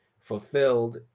fulfilled